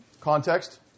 Context